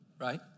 right